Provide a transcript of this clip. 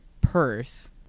purse